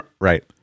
Right